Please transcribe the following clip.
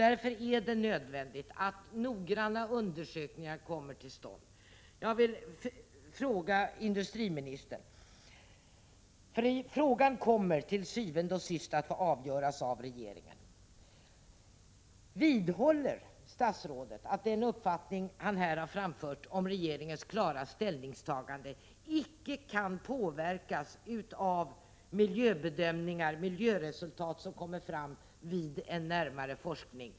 Därför är det nödvändigt att noggranna undersökningar kommer till stånd. Jag vill fråga industriministern, för frågan kommer til syvende og sidst att få avgöras av regeringen: Vidhåller statsrådet att den uppfattning som han här har framfört om regeringens klara ställningstagande icke kan påverkas av miljöbedömningar och miljöresultat, som framkommer vid en närmare forskning?